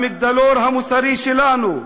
המגדלור המוסרי שלנו,